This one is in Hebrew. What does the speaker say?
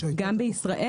גם בישראל.